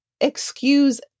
excuse